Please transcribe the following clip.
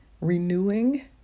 renewing